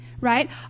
right